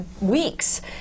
weeks